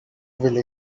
will